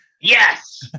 Yes